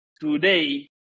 today